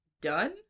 done